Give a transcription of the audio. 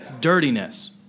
dirtiness